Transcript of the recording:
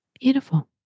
Beautiful